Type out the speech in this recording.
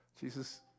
Jesus